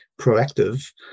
proactive